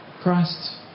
Christ